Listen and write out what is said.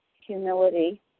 humility